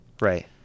right